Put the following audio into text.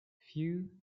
few